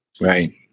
Right